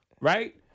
right